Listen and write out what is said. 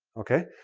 okay?